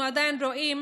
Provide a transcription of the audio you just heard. אבל אנחנו עדיין רואים